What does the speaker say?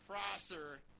Prosser